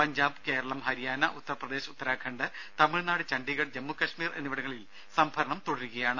പഞ്ചാബ് കേരളം ഹരിയാന ഉത്തർപ്രദേശ് ഉത്തരാഖണ്ഡ് തമിഴ്നാട് ചണ്ഡീഗഢ് ജമ്മു കശ്മീർ എന്നിവിടങ്ങളിൽ സംഭരണം തുടരുകയാണ്